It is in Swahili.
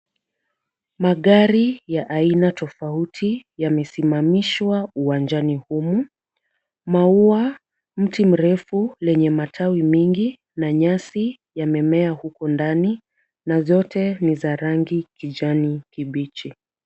Magari ya aina tofauti yamesimamishwa uwanjani humu. Maua, mti mrefu lenye matawi mingi na nyasi yamemea huku ndani na zote ni za rangi kijani kibichi.